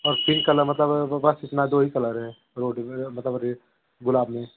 और pink colour मतलब बस इतना दो ही कलर है मतलब यह गुलाब में